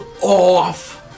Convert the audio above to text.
off